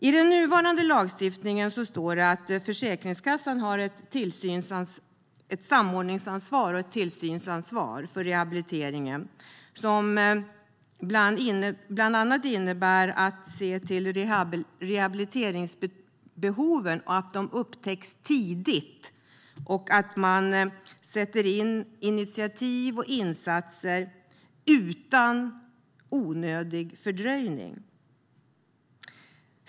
I den nuvarande lagstiftningen står det att Försäkringskassan har ett samordnings och tillsynsansvar för rehabilitering som bland annat innebär att se till att rehabiliteringsbehov upptäcks tidigt och att initiativ och insatser sätts in utan onödig fördröjning.